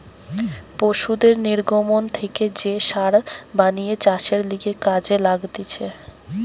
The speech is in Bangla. পশুদের নির্গমন থেকে যে সার বানিয়ে চাষের লিগে কাজে লাগতিছে